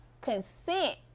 Consent